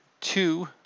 two